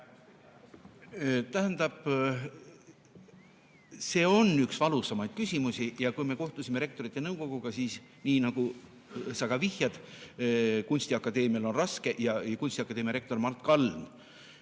see on üks valusaimaid küsimusi. Kui me kohtusime Rektorite Nõukoguga, siis – nii nagu sa ka vihjasid, et kunstiakadeemial on raske – kunstiakadeemia rektor Mart Kalm